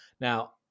Now